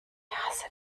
hasse